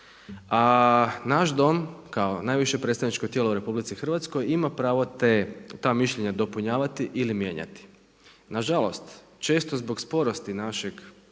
A naš Dom kao najviše predstavničko tijelo u RH ima pravo ta mišljenja dopunjavati ili mijenjati. Na žalost često zbog sporosti naše